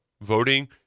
voting